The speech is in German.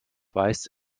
weiß